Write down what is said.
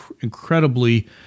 incredibly